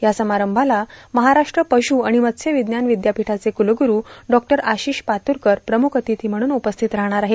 या समारंभास महाराष्ट्र पशु आणि मत्स्य विज्ञान विद्यापीठाचे कुलगुरू डॉ आशिष पातुरकर प्रमुख अतिथी म्हणून उपस्थित राहणार आहेत